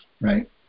right